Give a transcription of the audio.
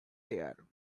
there